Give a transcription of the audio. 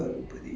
ya